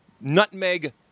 nutmeg